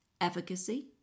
efficacy